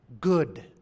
good